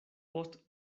post